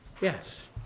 Yes